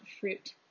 fruit